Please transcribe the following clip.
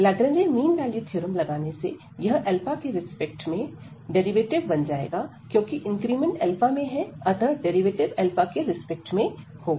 Lagrange mean value theorem लगाने से यह के रिस्पेक्ट में डेरिवेटिव बन जाएगा क्योंकि इंक्रीमेंट में है अतः डेरिवेटिव के रिस्पेक्ट में होगा